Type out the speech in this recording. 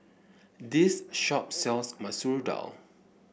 this shop sells Masoor Dal